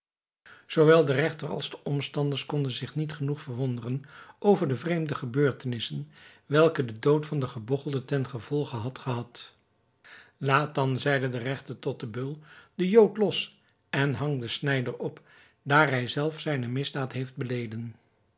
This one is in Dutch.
zoowel de regter als de omstanders konden zich niet genoeg verwonderen over de vreemde gebeurtenissen welke de dood van den gebogchelde ten gevolge had gehad laat dan zeide de regter tot den beul den jood los en hang den snijder op daar hij zelf zijne misdaad heeft beleden